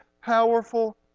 powerful